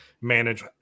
manage